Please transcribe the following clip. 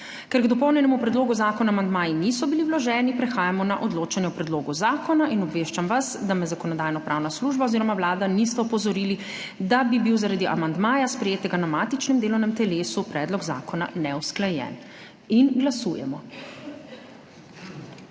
Ker k dopolnjenemu predlogu zakona amandmaji niso bili vloženi, prehajamo na odločanje o predlogu zakona. Obveščam vas, da me Zakonodajno-pravna služba oziroma Vlada nista opozorili, da bi bil zaradi amandmaja, sprejetega na matičnem delovnem telesu, predlog zakona neusklajen. Glasujemo.